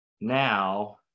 now